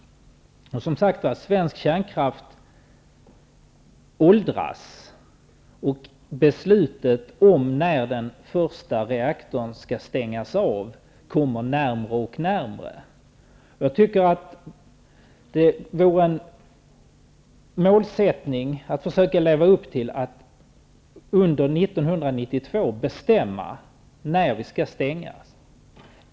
Svensk kärnkraft åldras. Beslutet om när den första reaktorn skall stängas av kommer närmare. Det skulle vara ett mål att försöka leva upp till att under 1992 bestämma när den första reaktorn skall stängas.